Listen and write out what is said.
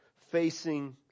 Facing